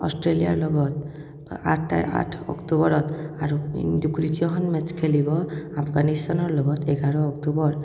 অষ্ট্ৰেলিয়াৰ লগত আঠ অক্টোবৰত আৰু দ্বিতীয়খন মেটছ খেলিব আফগানিষ্টানৰ লগত এঘাৰ অক্টোবৰত